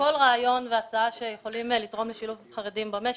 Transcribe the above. לכל רעיון והצעה שיכולים לתרום לשילוב חרדים במשק.